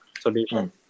solution